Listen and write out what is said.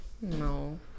no